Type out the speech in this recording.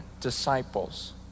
disciples